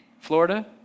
Florida